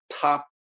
top